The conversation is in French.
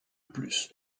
plus